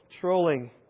trolling